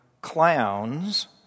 clowns